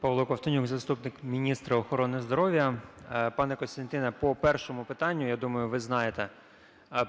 Павло Ковтонюк, заступник міністра охорони здоров'я. Пане Костянтине, по першому питанню, я думаю, ви знаєте